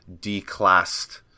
declassed